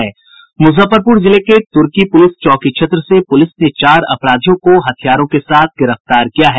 मुजफ्फरपुर जिले के तुर्की पुलिस चौकी क्षेत्र से पुलिस ने चार अपराधियों को हथियारों के साथ गिरफ्तार किया है